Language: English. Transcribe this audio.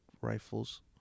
rifles